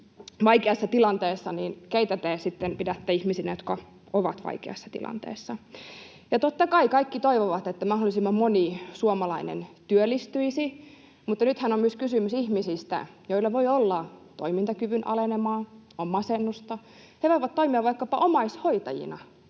vaikeassa tilanteessa, niin keitä te sitten pidätte ihmisinä, jotka ovat vaikeassa tilanteessa? Totta kai kaikki toivovat, että mahdollisimman moni suomalainen työllistyisi, mutta kun nythän on myös kysymys ihmisistä, joilla voi olla toimintakyvyn alenemaa, on masennusta, he voivat toimia vaikkapa omaishoitajina,